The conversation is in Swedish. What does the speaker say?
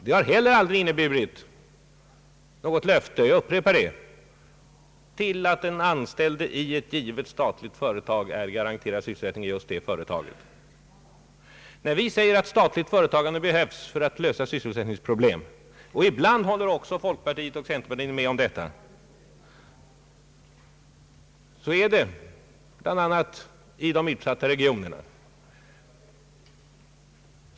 Det har heller aldrig inneburit något löfte — jag upprepar det — att den anställde i ett givet statligt företag är garanterad sysselsättning i just det företaget. När vi säger att statligt företagande behövs för att lösa sysselsättningsproblemen — ibland håller också folkpartiet och centerpartiet med om detta — så är det bl.a. i de utsatta regionerna.